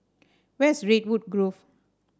where's Redwood Grove